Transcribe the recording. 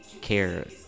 care